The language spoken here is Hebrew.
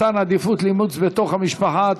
מתן עדיפות לאימוץ בתוך המשפחה),